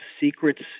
Secrets